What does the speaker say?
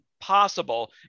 possible